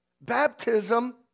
Baptism